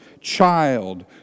child